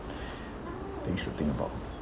things to think about